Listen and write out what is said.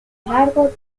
largo